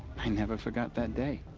i never forgot that day.